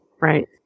Right